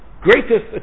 greatest